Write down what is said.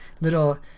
little